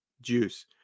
juice